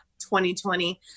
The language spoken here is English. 2020